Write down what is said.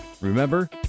Remember